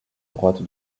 droite